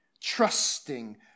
trusting